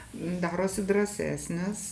darosi drąsesnis